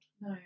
No